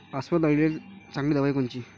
अस्वल अळीले चांगली दवाई कोनची?